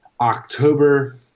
October